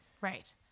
Right